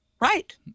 Right